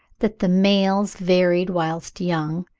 that the males varied whilst young,